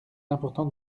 important